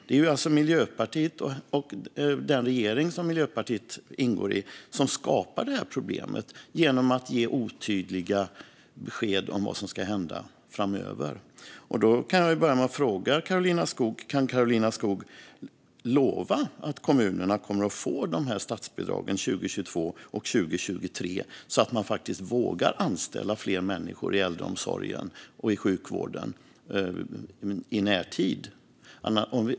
Det är Miljöpartiet och den regering som Miljöpartiet ingår i som skapar det problemet genom att ge otydliga besked om vad som ska hända framöver. Jag kan börja med att fråga Karolina Skog: Kan Karolina Skog lova att kommunerna kommer att få de statsbidragen 2022 och 2023 så att de vågar anställa fler människor i äldreomsorgen och i sjukvården i närtid?